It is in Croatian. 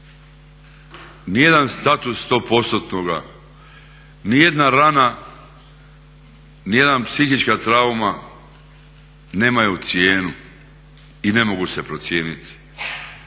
nijedan status 100%-ga nijedna rana, nijedna psihička trauma nemaju cijenu i ne mogu se procijeniti.